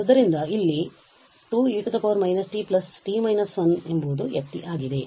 ಆದ್ದರಿಂದ ನಮ್ಮಲ್ಲಿ 2e −t t − 1 ಎಂಬುದು f ಆಗಿದೆ